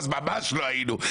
אז ממש לא היינו.